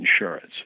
insurance